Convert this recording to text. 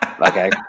Okay